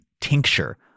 tincture